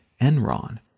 Enron